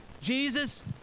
Jesus